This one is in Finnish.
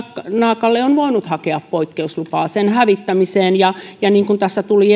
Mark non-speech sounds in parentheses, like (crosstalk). naakalle on voinut hakea poikkeuslupaa sen hävittämiseen ja ja niin kuin tässä tuli (unintelligible)